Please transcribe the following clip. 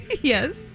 Yes